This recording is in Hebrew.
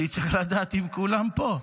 אני צריך לדעת אם כולם פה.